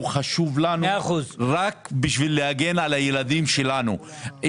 חשוב לנו רק כדי להגן על הילדים שלנו.